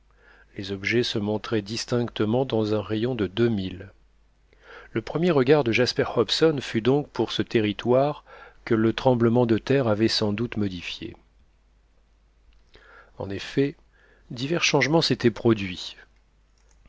les objets se montraient distinctement dans un rayon de deux milles le premier regard de jasper hobson fut donc pour ce territoire que le tremblement de terre avait sans doute modifié en effet divers changements s'étaient produits